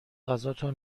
غذاتون